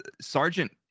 Sergeant